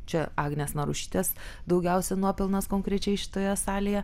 čia agnės narušytės daugiausiai nuopelnas konkrečiai šitoje salėje